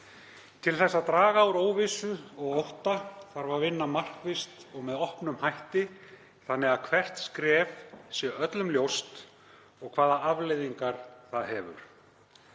Til þess að draga úr óvissu og ótta þarf að vinna markvisst og með opnum hætti þannig að hvert skref sé öllum ljóst og hvaða afleiðingar það hefur.